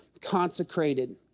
consecrated